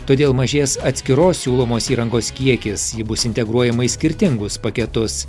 todėl mažės atskiros siūlomos įrangos kiekis ji bus integruojama į skirtingus paketus